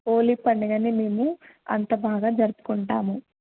హోలీ పండుగని మేము అంత బాగా జరుపుకుంటాము